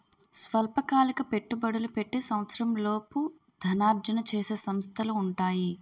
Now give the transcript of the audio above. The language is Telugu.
స్వల్పకాలిక పెట్టుబడులు పెట్టి సంవత్సరంలోపు ధనార్జన చేసే సంస్థలు ఉంటాయి